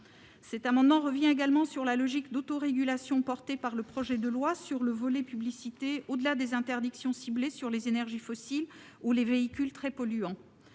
L'amendement revient également sur la logique d'autorégulation portée par le projet de loi sur le volet publicité, au-delà des interdictions ciblées sur les énergies fossiles ou les véhicules très polluants.